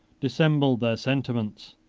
dissembled their sentiments,